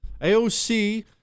AOC